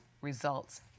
results